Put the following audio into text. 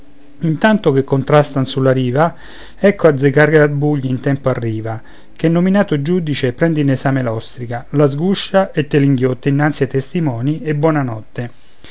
intanto che contrastan sulla riva ecco azzeccagarbugli in tempo arriva che nominato giudice prende in esame l'ostrica la sguscia e te l'inghiotte innanzi ai testimoni e